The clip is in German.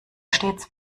stets